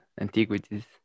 antiquities